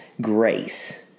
grace